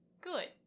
good